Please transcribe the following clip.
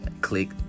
click